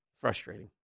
Frustrating